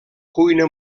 cuina